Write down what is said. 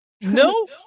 No